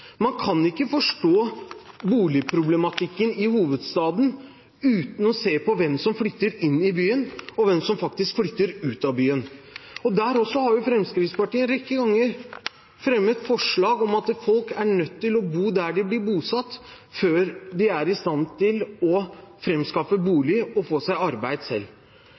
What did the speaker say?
Man kan ikke forstå boligproblematikken i hovedstaden uten å se på hvem som flytter inn i byen, og hvem som faktisk flytter ut av byen. Også der har Fremskrittspartiet en rekke ganger fremmet forslag om at folk er nødt til å bo der de blir bosatt, inntil de er i stand til selv å framskaffe bolig og få seg arbeid.